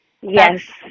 Yes